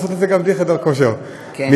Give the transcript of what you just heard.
אפשר לעשות את זה גם בלי חדר כושר, מתברר.